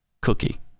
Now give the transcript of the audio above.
cookie